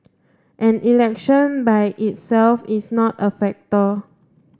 and election by itself is not a factor